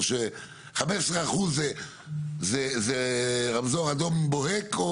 או ש- 15% זה רמזור אדום בוהק?